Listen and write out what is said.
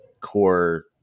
core